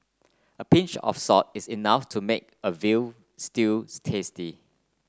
a pinch of salt is enough to make a veal stews tasty